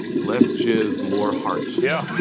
less jizz, more heart. yeah.